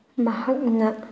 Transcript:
ꯃꯍꯥꯛꯅ